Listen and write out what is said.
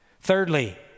Thirdly